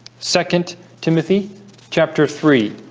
second timothy chapter three